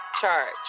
charge